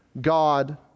God